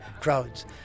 crowds